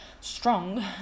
strong